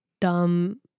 dumb